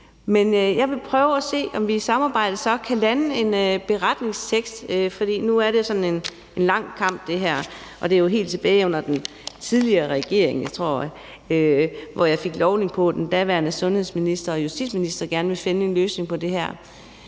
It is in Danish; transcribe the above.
ug. Jeg vil prøve at se, om vi i samarbejde kan lande en beretningstekst, for nu er det her jo sådan en lang kamp, og det var helt tilbage til under den tidligere regering, tror jeg, at jeg af den daværende sundhedsminister og justitsminister fik lovning på, at de